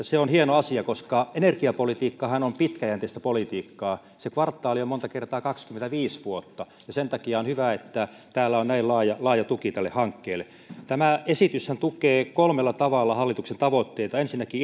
se on hieno asia koska energiapolitiikkahan on pitkäjänteistä politiikkaa kvartaali on monta kertaa kaksikymmentäviisi vuotta ja sen takia on hyvä että täällä on näin laaja laaja tuki tälle hankkeelle tämä esityshän tukee kolmella tavalla hallituksen tavoitteita ensinnäkin